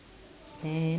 an~